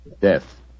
Death